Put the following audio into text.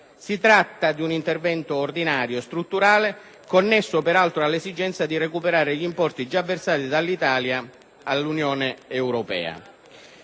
Si tratta di un intervento ordinario, strutturale, connesso peraltro alla esigenza di recuperare gli importi già versati dall'Italia all'Unione europea.